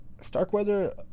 Starkweather